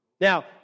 Now